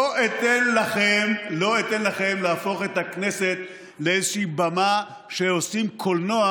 לא אתן לכם להפוך את הכנסת לאיזושהי במה שעושים בה קולנוע